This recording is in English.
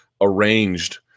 arranged